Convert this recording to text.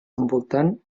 envoltant